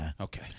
Okay